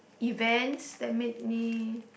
events that made me